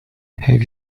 have